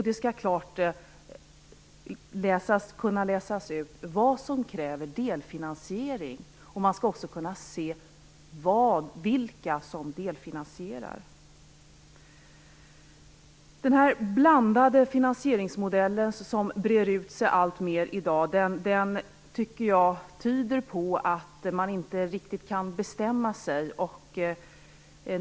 Det skall klart kunna läsas ut vad som kräver delfinansiering. Man skall också kunna se vilka som delfinansierar. Den blandade finansieringsmodell som breder ut sig alltmer i dag tycker jag tyder på att man inte riktigt kan bestämma sig.